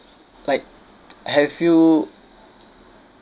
like have you